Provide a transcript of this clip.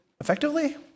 effectively